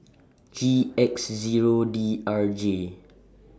G X Zero D R J